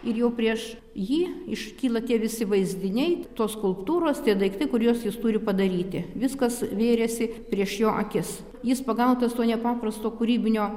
ir jau prieš jį iškyla tie visi vaizdiniai tos skulptūros tie daiktai kuriuos jis turi padaryti viskas vėrėsi prieš jo akis jis pagautas to nepaprasto kūrybinio